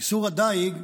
איסור הדיג,